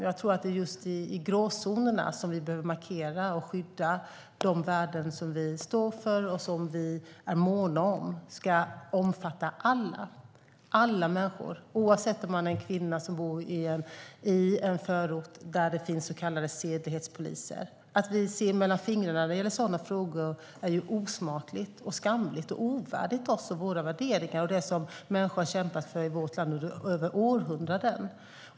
Jag tror att det är just i gråzonerna som vi behöver markera och skydda de värden som vi står för och som vi är måna om ska omfatta alla människor, oavsett om man är en kvinna som bor i en förort där det finns så kallade sedlighetspoliser. Att vi ser mellan fingrarna när det gäller sådana frågor är osmakligt, skamligt och ovärdigt oss och våra värderingar och det som människor har kämpat för i vårt land i århundraden.